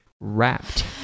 Wrapped